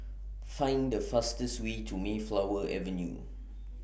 Find The fastest Way to Mayflower Avenue